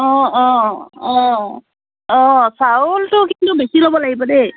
অঁ অঁ অঁ অঁ চাউলটো কিন্তু বেছি ল'ব লাগিব দেই